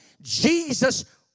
Jesus